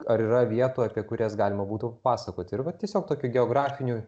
ar yra vietų apie kurias galima būtų papasakoti arba tiesiog tokių geografinių